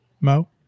Mo